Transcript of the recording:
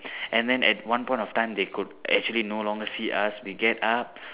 and then at one point of time they could actually no longer see us we get up